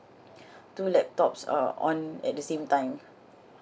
two laptops uh on at the same time